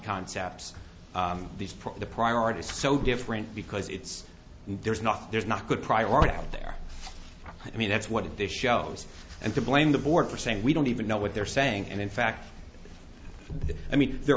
for the priorities so different because it's there's not there's not good priority out there i mean that's what this shows and to blame the board for saying we don't even know what they're saying and in fact i mean their